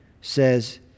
says